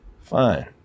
Fine